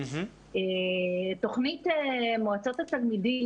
תוכנית מועצות התלמידים,